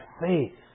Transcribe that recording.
faith